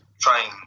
trying